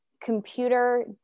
computer